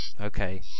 Okay